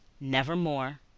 Nevermore